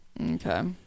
okay